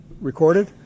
recorded